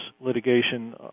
litigation